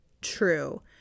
true